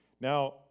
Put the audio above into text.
Now